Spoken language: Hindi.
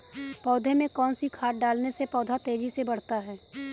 पौधे में कौन सी खाद डालने से पौधा तेजी से बढ़ता है?